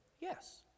Yes